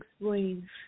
explain